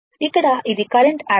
ఇక్కడ ఇది current ammeter